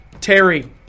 Terry